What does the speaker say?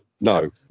no